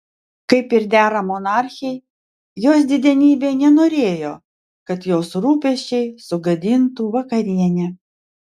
kaip ir dera monarchei jos didenybė nenorėjo kad jos rūpesčiai sugadintų vakarienę